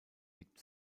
liegt